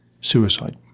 suicide